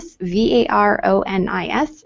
V-A-R-O-N-I-S